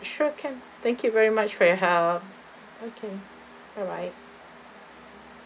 sure can thank you very much for your help okay alright